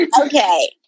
Okay